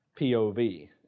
POV